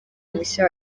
mushya